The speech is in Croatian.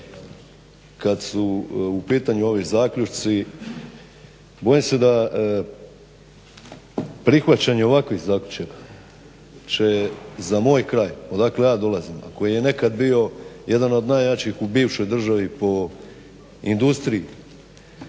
kad su u pitanju ovi zaključci bojim se da prihvaćanje ovakvih zaključaka će za moj kraj, odakle ja dolazim a koji je nekad bio jedan od najjačih u bivšoj državi po industriji